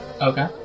Okay